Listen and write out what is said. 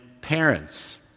parents